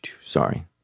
Sorry